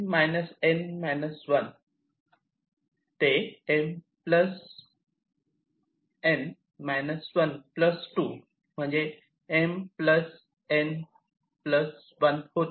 आता M N 1 M N 1 2 म्हणजे M N 1 होते